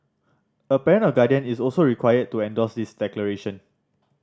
a parent or guardian is also required to endorse this declaration